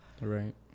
Right